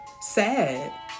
sad